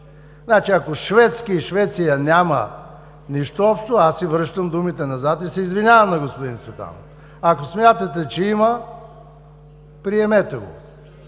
Ако, „шведски” и „Швеция” нямат нищо общо, аз си връщам думите назад и се извинявам на господин Цветанов. Ако смятате, че има, приемете го.